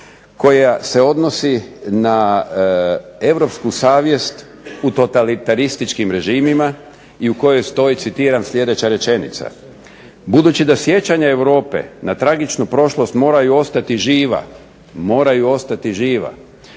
koja se odnosi na europsku savjest u totalitarističkim režimima, i u kojoj stoji citiram sljedeća rečenica: budući da sjećanja Europe na tragičnu prošlost moraju ostati živa, počast žrtvama